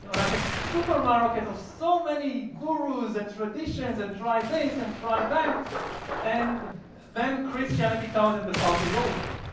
like a supermarket of so many gurus and traditions and try this and try that and then christianity comes and the party's over.